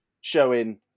showing